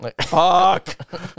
Fuck